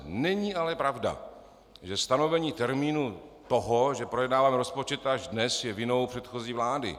Není ale pravda, že stanovení termínu toho, že projednáváme rozpočet až dnes, je vinou předchozí vlády.